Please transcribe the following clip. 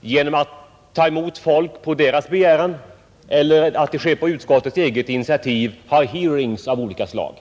genom att ta emot personer på deras begäran eller på utskottets eget initiativ har hearings av olika slag.